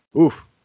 oof